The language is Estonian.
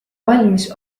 valmis